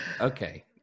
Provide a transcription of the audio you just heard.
Okay